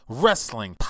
wrestling